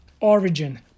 origin